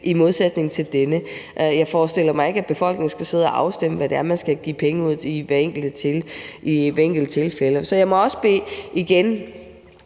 i modsætning til denne. Jeg forestiller mig ikke, at befolkningen skal sidde og stemme om, hvad det er, man skal give penge ud til, i hvert enkelt tilfælde. Jeg må bede hr.